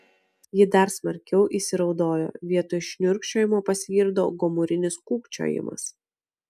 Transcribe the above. ji dar smarkiau įsiraudojo vietoj šniurkščiojimo pasigirdo gomurinis kūkčiojimas